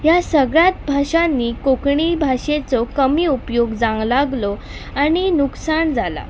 ह्या सगळ्यात भाशांनी कोंकणी भाशेचो कमी उपयोग जावंक लागलो आनी नुकसाण जालां